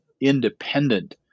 independent